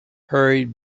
hurried